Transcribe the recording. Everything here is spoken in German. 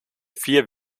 vier